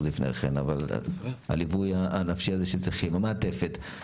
אבל הליווי הנפשי והמעטפת שהם צריכים.